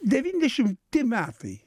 devyniasdešimti metai